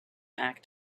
act